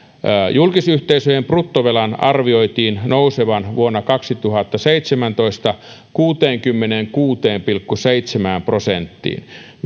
julkisyhteisöjen bruttovelan arvioitiin nousevan vuonna kaksituhattaseitsemäntoista kuuteenkymmeneenkuuteen pilkku seitsemään prosenttiin